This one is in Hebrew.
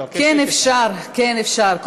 כן, אפשר.